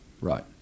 Right